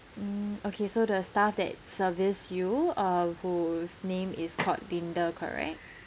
mm okay so the staff that service you uh whose name is called linda correct